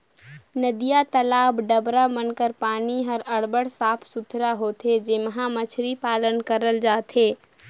नदिया, तलवा, डबरा मन कर पानी हर अब्बड़ साफ सुथरा होथे जेम्हां मछरी पालन करल जाथे